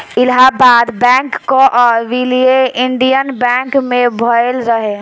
Allahabad bank कअ विलय Indian bank मे भयल रहे